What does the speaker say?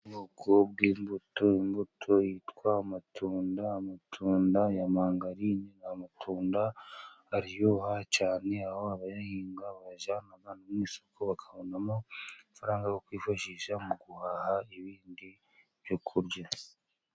Ubwoko bw' imbuto. Imbuto yitwa amatunda. Amatunda ya mandarine, amatunda aryoha cyane, aho abayahinga bayajyana (abantu) mu isoko bakabonamo amafaranga yo kwifashisha mu guhaha ibindi byo kurya.